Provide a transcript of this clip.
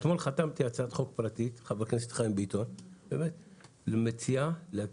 אתמול חתמתי על הצעת חוק פרטית עם חבר הכנסת חיים ביטון למציאה להקים